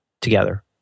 together